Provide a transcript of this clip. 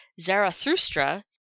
Zarathustra